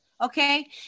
Okay